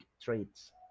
traits